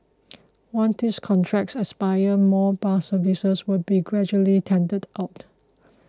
once these contracts expire more bus services will be gradually tendered out